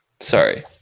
Sorry